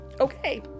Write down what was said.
okay